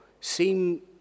seem